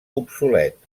obsolet